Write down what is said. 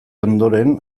ondoren